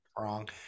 wrong